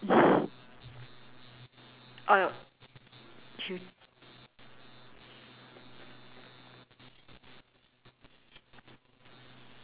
oh